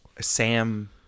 Sam